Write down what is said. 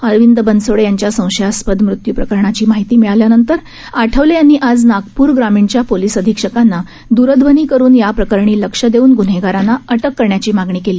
अरविंद बनसोडे यांच्या संशयास्पद मृत्यू प्रकरणाची माहिती मिळाल्यानंतर आठवले यांनी आज नागपूर ग्रामीणच्या पोलिस अधीक्षकांना द्रध्वनी करून याप्रकरणी लक्ष देऊन गुन्हेगारांना अटक करण्याची मागणी केली